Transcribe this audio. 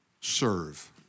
Serve